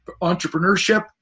entrepreneurship